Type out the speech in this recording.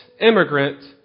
immigrant